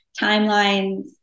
timelines